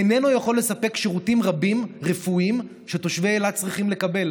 איננו יכול לספק שירותים רפואיים רבים שתושבי אילת צריכים לקבל,